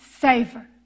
savor